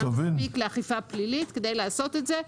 מספיק לאכיפה פלילית כדי לעשות את זה.